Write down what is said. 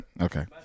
okay